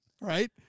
Right